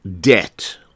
debt